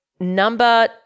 number